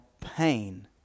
pain